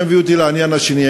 זה מביא אותי לעניין השני,